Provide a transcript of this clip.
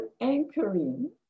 anchoring